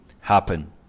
happen